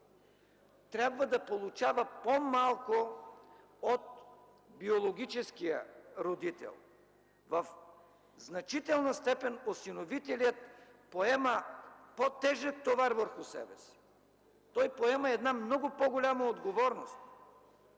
трябва да получава по-малко от биологическия родител. В значителна степен осиновителят поема по-тежък товар върху себе си, той поема една много по-голяма отговорност,